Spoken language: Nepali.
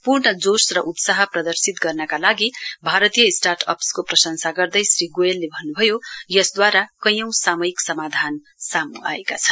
पूर्ण जोश र उत्साह प्रदर्शित गर्नका लागि भारतीय स्टार्टअपस को प्रशंसा गर्दै श्री गोयलले भन्नभयो यसद्वारा कैयौं सामयिक समाधान सामू आएका छन्